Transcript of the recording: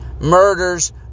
murders